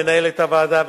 מנהלת הוועדה,